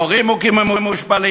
מורים מוכים ומושפלים,